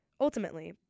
ultimately